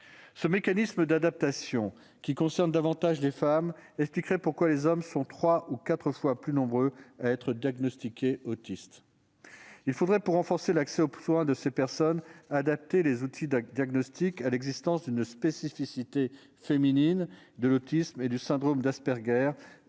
Ce mécanisme d'adaptation, qui concerne davantage les femmes, expliquerait pourquoi les hommes sont trois à quatre fois plus nombreux à être diagnostiqués autistes. Il faudrait, pour renforcer l'accès aux soins de ces personnes, adapter les outils diagnostiques à l'existence d'une spécificité féminine de l'autisme et du syndrome d'Asperger,